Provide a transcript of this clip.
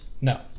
No